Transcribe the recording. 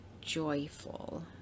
joyful